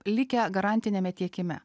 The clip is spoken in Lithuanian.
likę garantiniame tiekime